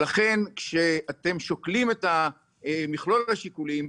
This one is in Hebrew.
לכן כשאתם שוקלים את מכלול השיקולים,